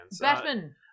Batman